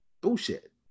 bullshit